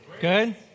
Good